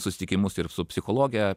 susitikimus ir su psichologe